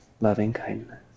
loving-kindness